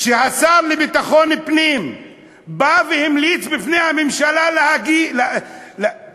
כשהשר לביטחון פנים בא והמליץ בפני הממשלה לקבל